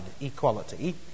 equality